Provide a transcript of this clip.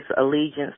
allegiance